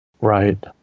Right